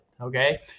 Okay